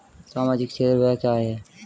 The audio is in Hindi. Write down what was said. सामाजिक क्षेत्र व्यय क्या है?